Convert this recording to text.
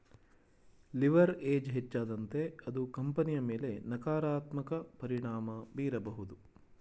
leverage ಹೆಚ್ಚಾದಂತೆ ಅದು ಕಂಪನಿಯ ಮೇಲೆ ನಕಾರಾತ್ಮಕ ಪರಿಣಾಮ ಬೀರಬಹುದು